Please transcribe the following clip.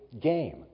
game